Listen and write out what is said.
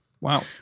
Wow